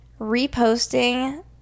reposting